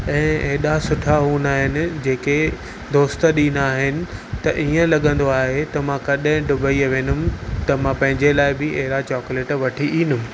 ऐं हेॾा सुठा हूंदा आहिनि जेके दोस्त ॾींदा आहिनि त इअं लॻंदो आहे त मां कॾहिं दुबई वेंदुमि त मां पंहिंजे लाइ बि अहिड़ा चॉकलेट वठी ईंदुमि